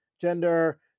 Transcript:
gender